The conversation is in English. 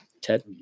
Ted